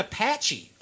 Apache